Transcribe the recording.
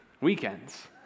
weekends